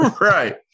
Right